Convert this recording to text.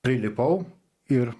prilipau ir